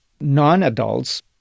non-adults